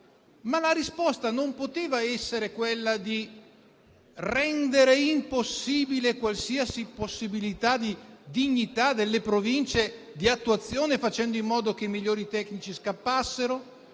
ma la risposta non poteva essere quella di rendere impensabile qualsiasi possibilità di dignità delle Province e di azione, facendo in modo che i migliori tecnici scappassero,